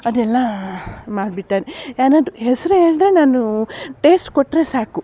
ಅದೆಲ್ಲ ಮಾಡಿಬಿಟ್ಟೆ ಯಾರಾದ್ರು ಹೆಸ್ರು ಹೇಳಿದ್ರೆ ನಾನು ಟೇಸ್ಟ್ ಕೊಟ್ಟರೆ ಸಾಕು